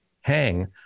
hang